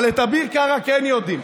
אבל על אביר קארה כן יודעים.